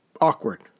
Awkward